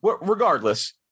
Regardless